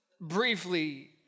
briefly